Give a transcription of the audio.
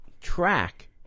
track